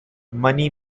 money